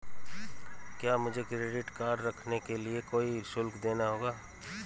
क्या मुझे credit card रखने के लिए कोई शुल्क देना होगा?